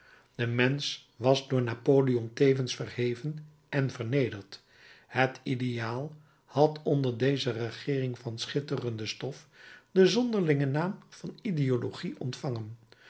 de mensch was door napoleon tevens verheven en vernederd het ideaal had onder deze regeering van de schitterende stof den zonderlingen naam van ideologie ontvangen